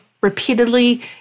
repeatedly